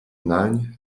nań